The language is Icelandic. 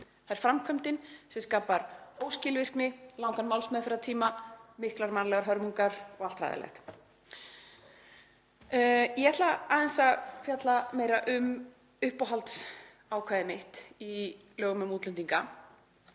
Það er framkvæmdin sem skapar óskilvirkni, langan málsmeðferðartíma, miklar mannlegar hörmungar og annað hræðilegt. Ég ætla aðeins að fjalla meira um uppáhaldsákvæðið mitt í lögum um útlendinga.